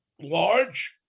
large